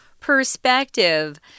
perspective